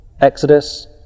Exodus